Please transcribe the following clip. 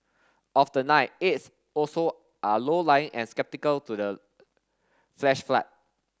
of the nine eights also are low lying and skeptical to the flash flood